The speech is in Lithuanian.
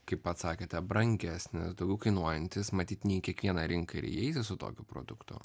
kaip pats sakėte brangesnis daugiau kainuojantis matyt ne į kiekvieną rinką ir įeiti su tokiu produktu